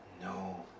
no